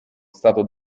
stato